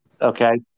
Okay